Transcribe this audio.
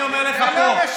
אני אומר לך פה,